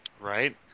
Right